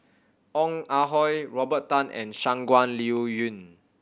Ong Ah Hoi Robert Tan and Shangguan Liuyun